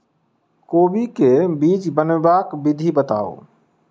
कोबी केँ बीज बनेबाक विधि बताऊ?